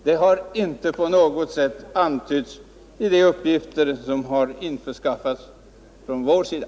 Det har inte på något sätt antytts i de uppgifter som har införskaffats från vår sida.